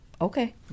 okay